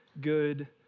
good